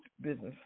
business